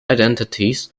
identities